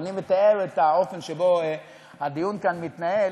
אני מתאר את האופן שבו הדיון כאן מתנהל.